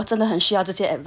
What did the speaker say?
-我真的很需要这些 advice 因为